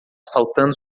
saltando